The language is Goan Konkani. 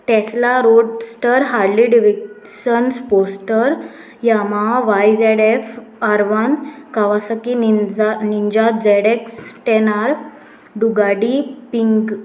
टॅस्ला रोडस्टर हार्डली Davidson poster Yamaha Y Z F R one Kawasaki Ninja Ninja Z X ten R डुगाडी पिंक